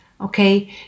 Okay